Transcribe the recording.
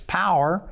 power